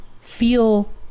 feel